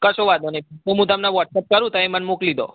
કશો વાંધો નહીં હું તમને વ્હોટસપ કરું તમે મને મોકલી દો